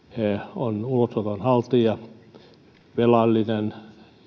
on ulosoton haltija